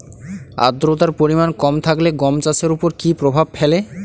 আদ্রতার পরিমাণ কম থাকলে গম চাষের ওপর কী প্রভাব ফেলে?